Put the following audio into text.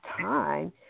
time